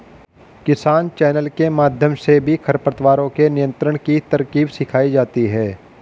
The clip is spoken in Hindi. किसान चैनल के माध्यम से भी खरपतवारों के नियंत्रण की तरकीब सिखाई जाती है